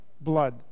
Blood